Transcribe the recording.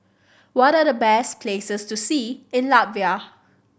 what are the best places to see in Latvia